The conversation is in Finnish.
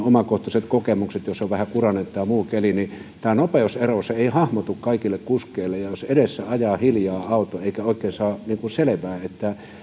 omakohtaisia kokemuksia jos on vähän kurainen tai muu huono keli niin tämä nopeusero ei hahmotu kaikille kuskeille ja ja jos edessä ajaa hiljaa auto niin ei oikein saa selvää että